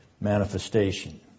manifestation